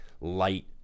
light